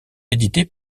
édités